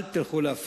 אל תלכו להפרטה.